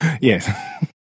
Yes